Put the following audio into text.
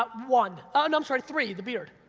but one, ah no, i'm sorry, three, the beard.